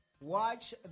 watch